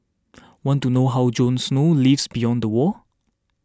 want to know how Jon Snow lives beyond the wall